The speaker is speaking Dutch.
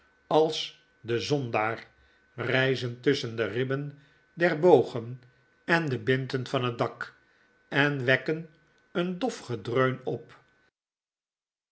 als dezondaar rijzen tusschen de ribben der bogen en de bindten van het dak en wekken een dof gedreun op